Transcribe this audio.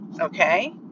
Okay